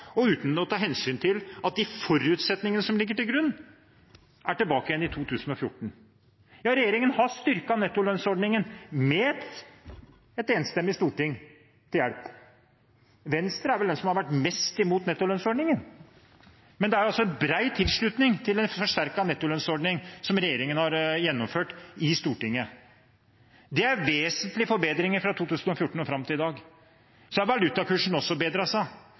og uten å ta hensyn til at de forutsetningene som ligger til grunn, stammer fra 2014. Regjeringen har styrket nettolønnsordningen, med et enstemmig storting til hjelp. Venstre er vel de som har vært mest imot nettolønnsordningen. Men det er altså i Stortinget en bred tilslutning til en forsterket nettolønnsordning, som regjeringen har gjennomført. Det er en vesentlig forbedring fra 2014 fram til i dag. Så har valutakursen også bedret seg.